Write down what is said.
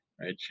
right